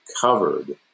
covered